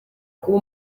kuba